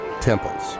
temples